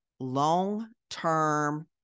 Long-term